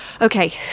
Okay